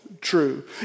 true